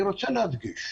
אני רוצה להדגיש,